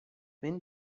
been